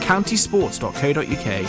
Countysports.co.uk